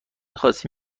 خاصی